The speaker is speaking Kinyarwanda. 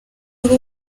kuri